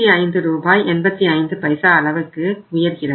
85 ரூபாய் அளவுக்கு உயர்கிறது